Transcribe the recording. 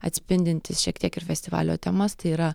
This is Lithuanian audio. atspindintys šiek tiek ir festivalio temas tai yra